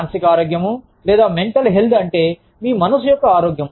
మానసిక ఆరోగ్యం లేదా అంటే మీ మనస్సు యొక్క ఆరోగ్యం